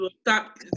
stop